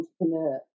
Entrepreneur